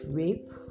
rape